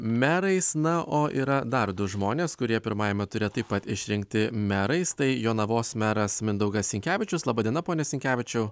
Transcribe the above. merais na o yra dar du žmonės kurie pirmajame ture taip pat išrinkti merais tai jonavos meras mindaugas sinkevičius laba diena pone sinkevičiau